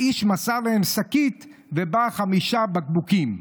האיש מסר להם שקית ובה חמישה בקבוקים.